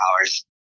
hours